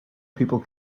people